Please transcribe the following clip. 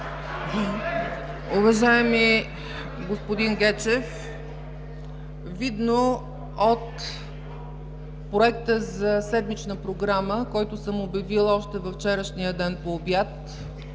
Уважаеми господин Гечев, видно от проекта за седмичната програма, който съм обявила още във вчерашния ден по обяд,